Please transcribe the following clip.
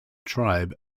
tribe